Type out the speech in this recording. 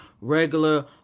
regular